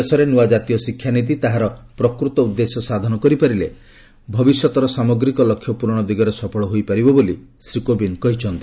ଦେଶରେ ନୃଆ ଜାତୀୟ ଶିକ୍ଷାନୀତି ତାହାର ପ୍ରକୃତ ଉଦ୍ଦେଶ୍ୟ ସାଧନ କରିପାରିଲେ ତାହା ଭବିଷ୍ୟତର ସାମଗ୍ରୀକ ଲକ୍ଷ୍ୟ ପ୍ରରଣ ଦିଗରେ ସଫଳ ହୋଇପାରିବ ବୋଲି ଶ୍ରୀ କୋବିନ୍ଦ କହିଛନ୍ତି